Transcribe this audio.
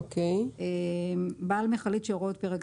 "מערכת לקליטת אדים ומערכת לבקרת פליטה בעל מכלית שהוראות פרק